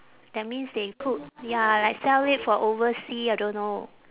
that means they cook ya like sell it for overseas I don't know